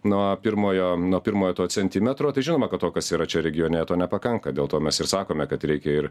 nuo pirmojo nuo pirmojo to centimetro tai žinoma kad to kas yra čia regione to nepakanka dėl to mes ir sakome kad reikia ir